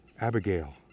Abigail